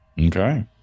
Okay